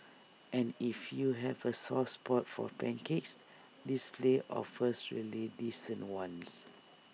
and if you have A soft spot for pancakes this place offers really decent ones